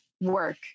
work